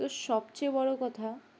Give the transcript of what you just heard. তো সবচেয়ে বড় কথা